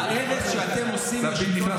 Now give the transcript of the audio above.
לפיד נכנס,